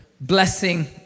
Blessing